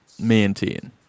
maintain